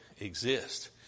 exist